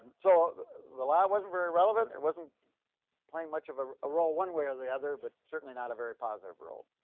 so the law wasn't very relevant, it wasn't playing much of a role one way or the other but certainly not a very positive role.